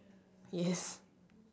yes